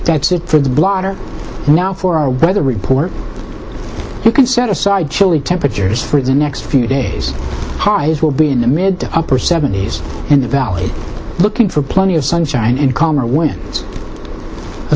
that's it for the blotter now for our weather report you can set aside chilly temperatures for the next few days ha it will be in the mid to upper seventy's and the valley looking for plenty of sunshine and calmer winds a